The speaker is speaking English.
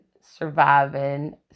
surviving